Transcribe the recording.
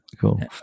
Cool